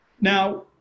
Now